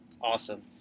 Awesome